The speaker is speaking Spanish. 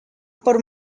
por